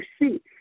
see